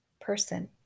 person